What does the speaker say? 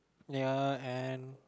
ya and